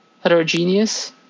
heterogeneous